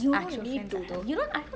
you don't need to though